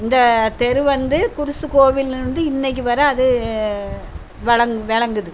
இந்த தெரு வந்து குர்ஸு கோயில் இண்டு இன்றைக்கி வர அது விளங் விளங்குது